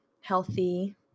healthy